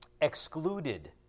excluded